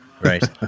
right